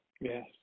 Yes